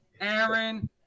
Aaron